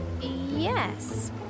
Yes